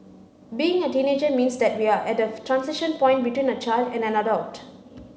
being a teenager means that we're at a transition point between a child and an adult